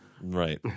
right